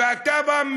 ואתה בא,